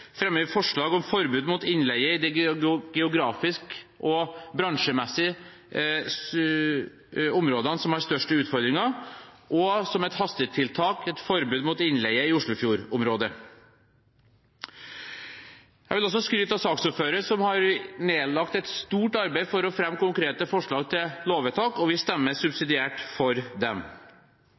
fremmer vi som et strakstiltak forslag om et forbud mot innleie i de geografiske eller bransjemessige områdene som har størst utfordringer – slik Rødt foreslår i sitt representantforslag: et forbud mot innleie i Oslofjord-området. Jeg vil også skryte av saksordføreren, som har nedlagt et stort arbeid for å fremme konkrete forslag til lovvedtak, og vi stemmer subsidiært for dem.